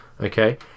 Okay